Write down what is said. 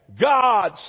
God